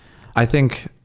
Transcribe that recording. i think,